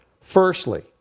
Firstly